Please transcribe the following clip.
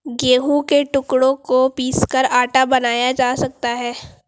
गेहूं के टुकड़ों को पीसकर आटा बनाया जा सकता है